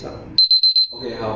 I know there's a 虾面